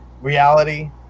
reality